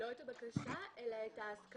לא את הבקשה אלא את ההסכמה.